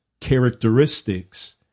characteristics